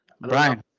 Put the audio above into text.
Brian